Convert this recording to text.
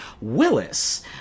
Willis